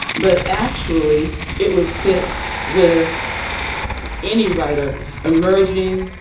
but actually it would fit with any writer emerging,